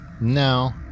No